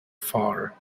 far